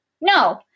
No